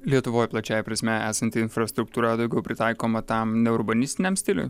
lietuvoj plačiąja prasme esanti infrastruktūra daugiau pritaikoma tam neurbanistiniam stiliui